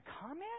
comment